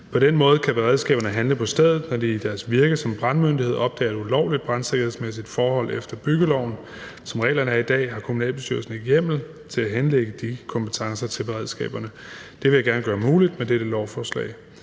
På den måde kan beredskaberne handle på stedet, når de i deres virke som brandmyndighed opdager et ulovligt brandsikkerhedsmæssigt forhold efter byggeloven. Som reglerne er i dag, har kommunalbestyrelsen ikke hjemmel til at henlægge de kompetencer til beredskaberne. Det vil jeg gerne gøre muligt med dette lovforslag.